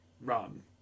run